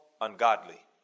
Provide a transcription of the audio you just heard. ungodly